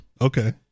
Okay